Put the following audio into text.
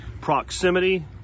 Proximity